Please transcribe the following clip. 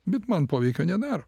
bet man poveikio nedaro